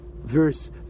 verse